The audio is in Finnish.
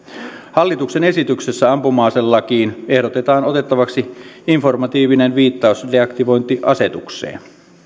hallituksen esityksessä ampuma aselakiin ehdotetaan otettavaksi informatiivinen viittaus deaktivointiasetukseen